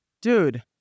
Dude